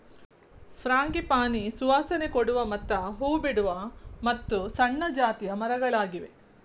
frangipani ಸುವಾಸನೆ ಕೊಡುವ ಮತ್ತ ಹೂ ಬಿಡುವ ಮತ್ತು ಸಣ್ಣ ಜಾತಿಯ ಮರಗಳಾಗಿವೆ